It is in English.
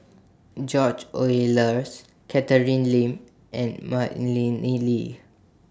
George Oehlers Catherine Lim and Madeleine Lee